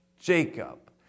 Jacob